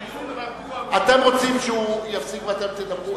הדיון רגוע, אתם רוצים שהוא יפסיק ואתם תדברו?